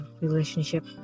relationship